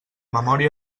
memòria